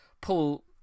pull